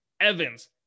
Evans